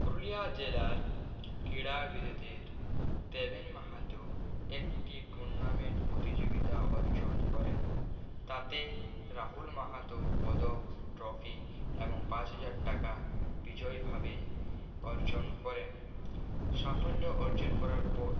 পুরুলিয়া জেলার ক্রীড়াবিদদের দেবেন মাহাতো একটি টুর্নামেন্ট প্রতিযোগিতা অর্জন করেন তাতে রাহুল মাহাতো পদক ট্রফি এবং পাঁচ হাজার টাকা বিজয়ীভাবে অর্জন করেন সাফল্য অর্জন করার পর